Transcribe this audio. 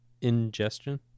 ingestion